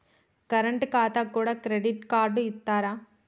Current ఖాతాకు కూడా credit card ఇత్తరా?